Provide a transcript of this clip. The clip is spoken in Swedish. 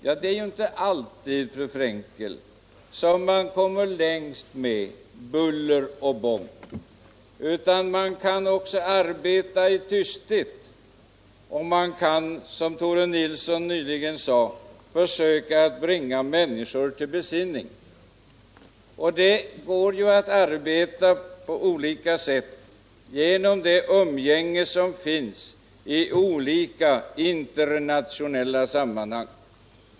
Ja, det är ju inte alltid som man kommer längst med ”buller och bång”, fru Frenkel. Man kan också arbeta i tysthet. Man kan, som Tore Nilsson sade, försöka bringa människor till besinning. Det går att arbeta på olika sätt genom det umgänge som förekommer i olika internationella sammanhang.